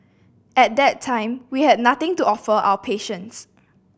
at that time we had nothing to offer our patients